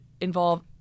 involve